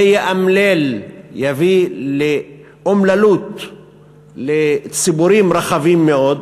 זה יאמלל, יביא אומללות לציבורים רחבים מאוד,